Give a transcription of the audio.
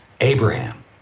Abraham